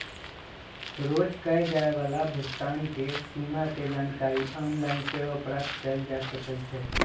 रोज कये जाय वला भुगतान के सीमा के जानकारी ऑनलाइन सेहो प्राप्त कएल जा सकइ छै